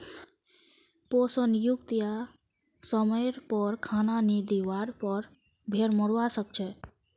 पोषण युक्त या समयर पर खाना नी दिवार पर भेड़ मोरवा सकछे